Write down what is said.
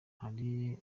hari